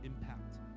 impact